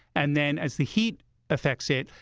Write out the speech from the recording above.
and then as the heat affects it,